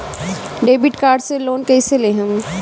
Debit card से loan कईसे लेहम?